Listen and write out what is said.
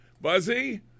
Buzzy